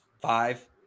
Five